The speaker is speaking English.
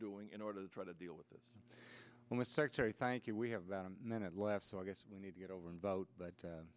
doing in order to try to deal with this with secretary thank you we have about a minute left so i guess we need to get over and vote